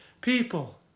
people